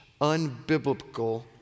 unbiblical